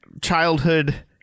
childhood